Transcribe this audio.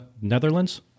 Netherlands